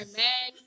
man